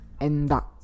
enda